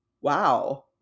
Wow